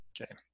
Okay